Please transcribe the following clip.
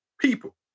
people